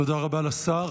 תודה רבה לשר.